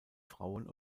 frauen